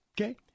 okay